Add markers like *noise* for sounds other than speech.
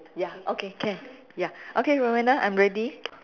ya okay can ya okay Roanna I'm ready *noise*